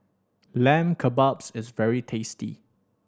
Lamb Kebabs is very tasty